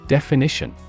Definition